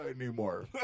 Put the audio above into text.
anymore